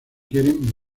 quieren